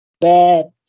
bad